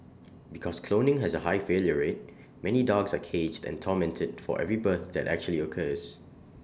because cloning has A high failure rate many dogs are caged and tormented for every birth that actually occurs